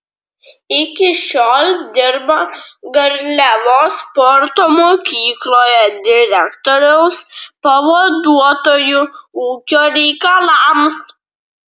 iki šiol dirba garliavos sporto mokykloje direktoriaus pavaduotoju ūkio reikalams